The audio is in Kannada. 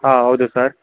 ಹಾಂ ಹೌದು ಸರ್